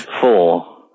four